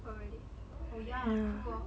oh really oh ya true lor